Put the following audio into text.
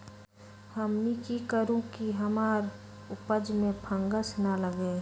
हमनी की करू की हमार उपज में फंगस ना लगे?